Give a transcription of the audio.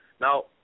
Now